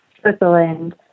Switzerland